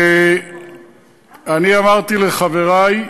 אני אמרתי לחברי,